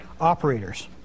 operators